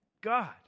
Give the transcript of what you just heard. God